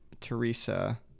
Teresa